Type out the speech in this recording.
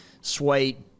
sweet